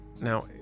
Now